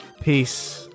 Peace